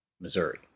Missouri